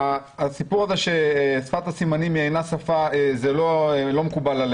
האמירה ששפת סימנים אינה שפה היא לא מקובלת.